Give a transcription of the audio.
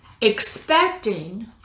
expecting